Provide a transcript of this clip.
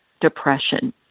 depression